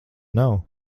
nav